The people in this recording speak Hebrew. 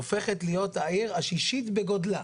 הופכת להיות העיר השישית בגודלה,